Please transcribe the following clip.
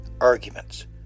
arguments